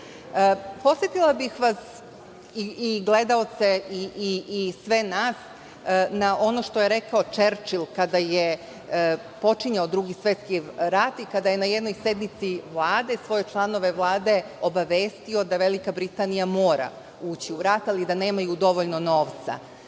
znanje. Podsetila bih vas, i gledaoce i sve nas, na ono što je rekao Čerčil kada je počinjao Drugi svetski rat i kada je na jednoj sednici Vlade svoje članove Vlade obavestio da Velika Britanija mora ući u rat, ali da nemaju dovoljno novca.